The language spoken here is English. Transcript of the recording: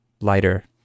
lighter